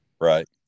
right